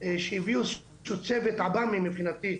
שהביא איזה שהוא צוות עב"מים, מבחינתי.